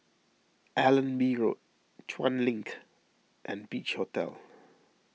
Allenby Road Chuan Link and Beach Hotel